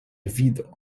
vido